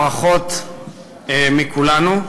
ברכות מכולנו.